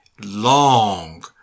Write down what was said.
long